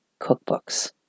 cookbooks